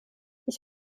ich